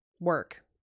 work